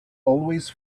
always